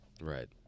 Right